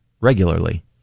regularly